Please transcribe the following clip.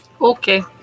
okay